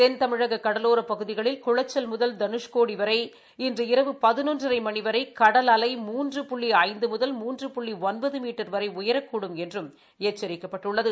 தென்தமிழக கடலோரப் பகுதிகளில் குளச்சல் முதல் தனுஷ்கோடி வரை இன்று இரவு பதினொன்றரை மணி வரை கடல் அலை மூன்று புள்ளி ஐந்து முதல் மூன்று புள்ளி ஒன்பது மீட்டர் வரை உயரக்கூடும் என்றும் எச்சரிக்கப்பட்டுள்ளது